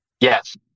Yes